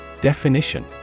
Definition